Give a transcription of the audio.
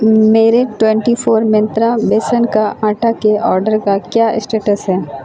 میرے twenty four Myntra بیسن کا آٹا کے آرڈر کا کیا اسٹیٹس ہے